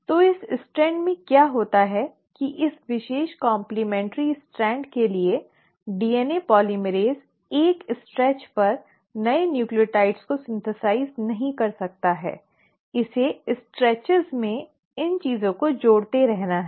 तो इस स्ट्रैंड में क्या होता है कि इस विशेष काम्प्लमेन्टरी स्ट्रैंड के लिए डीएनए पोलीमरेज़ एक खिंचाव पर नए न्यूक्लियोटाइड को संश्लेषण नहीं कर सकता है इसे स्ट्रेच में इन चीजों को जोड़ते रहना है